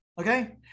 okay